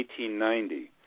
1890